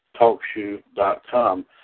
Talkshoe.com